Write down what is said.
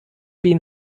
been